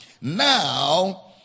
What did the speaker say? now